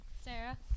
Sarah